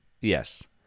Yes